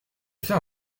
fait